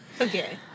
Okay